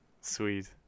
Sweet